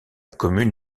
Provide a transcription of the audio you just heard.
commune